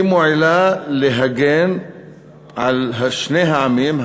היא מועילה להגן על שני העמים,